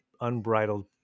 unbridled